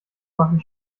machen